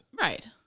Right